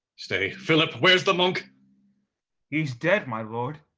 stay philip, where's the monk? he is dead, my lord.